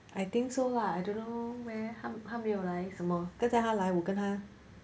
I think so lah I don't know where 他他没有来什么跟在她来我跟他